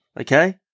Okay